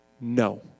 No